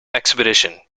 expedition